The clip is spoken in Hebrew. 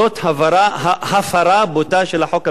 זו הפרה בוטה של החוק הבין-לאומי.